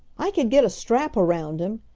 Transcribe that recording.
i could get a strap around him!